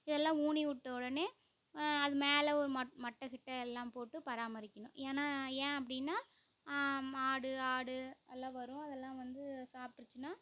இதெல்லாம் ஊனி விட்ட உடனே அது மேலே ஒரு மட் மட்டை கிட்டை எல்லாம் போட்டு பராமரிக்கிணும் ஏன்னா ஏன் அப்படின்னா மாடு ஆடு எல்லாம் வரும் அதெல்லாம் வந்து சாப்பிட்ருச்சுனா